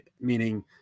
meaning